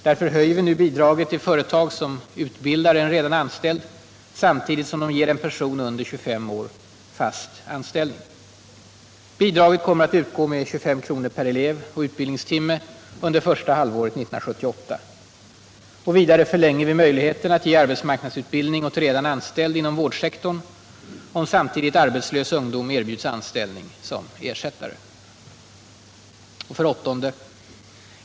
Därför höjer vi nu bidraget till företag som utbildar en redan anställd samtidigt som de ger en person under 25 år fast anställning. Bidraget kommer att utgå med 25 kr. per elev och utbildningstimme under första halvåret 1978. Vidare förlänger vi möjligheten att ge arbetsmarknadsutbildning åt redan anställd inom vårdsektorn om samtidigt arbetslös ungdom erbjuds anställning som ersättare. 8.